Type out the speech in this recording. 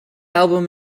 album